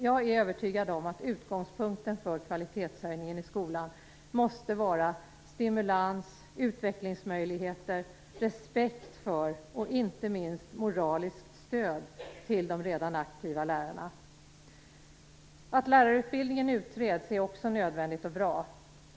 Jag är övertygad om att utgångspunkten för kvalitetshöjningen i skolan måste vara stimulans, utvecklingsmöjligheter, respekt för och inte minst moraliskt stöd till de redan aktiva lärarna. Att lärarutbildningen utreds är också nödvändigt och bra.